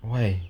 why